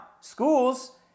Schools